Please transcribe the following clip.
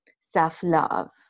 self-love